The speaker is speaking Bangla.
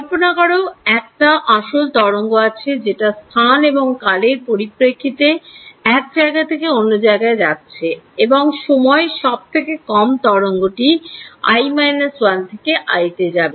কল্পনা করো একটা আসল তরঙ্গ আছে যেটা স্থান এবং কালের পরিপ্রেক্ষিতে এক জায়গা থেকে অন্য জায়গায় যাচ্ছে এবং সময় সবথেকে কম সময়ে তরঙ্গ টি i 1 থেকে i তে যাবে